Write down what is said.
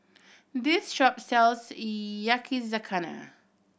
this shop sells Yakizakana